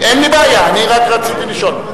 אין לי בעיה, אני רק רציתי לשאול.